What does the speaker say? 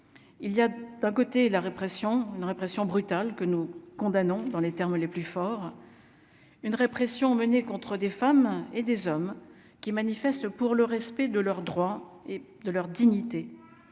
il y a d'un côté, la répression, une répression brutale que nous condamnons dans les termes les plus forts, une répression menée contre des femmes et des hommes qui manifestent pour le respect de leurs droits et de leur dignité,